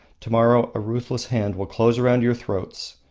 to-morrow a ruthless hand will close around your throats.